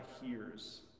hears